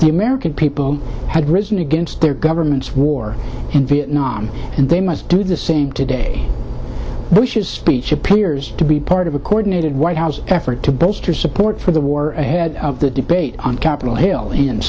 the american people had risen against their government's war in vietnam and they must do the same today which is peach appears to be part of a coordinated white house effort to bolster support for the war ahead of the debate on capitol hill in